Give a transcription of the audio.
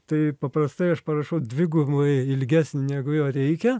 tai paprastai aš parašau dvigubai ilgesnį negu jo reikia